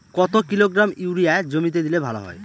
কত kilogram urea জমিতে দিলে ভালো হয়?